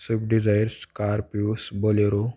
Swift Dzires कार्पिूस Bolero